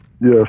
Yes